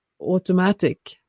automatic